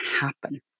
happen